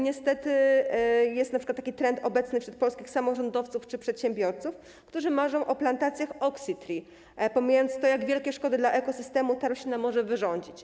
Niestety jest np. trend obecny wśród polskich samorządowców czy przedsiębiorców, którzy marzą o plantacjach oxytree, pomijając to, jak wielkie szkody dla ekosystemu ta roślina może wyrządzić.